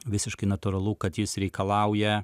visiškai natūralu kad jis reikalauja